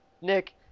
Nick